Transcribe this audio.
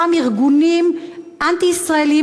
מאותם ארגונים אנטי-ישראליים,